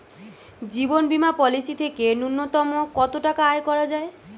জীবন বীমা পলিসি থেকে ন্যূনতম কত টাকা আয় করা যায়?